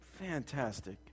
fantastic